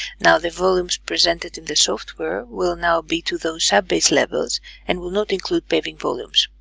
now the volumes presented in the software will now be to those sub-base levels and will not include paving volumes